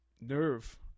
nerve